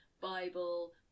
Bible